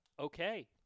okay